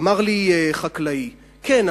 אמר לי חקלאי: כן,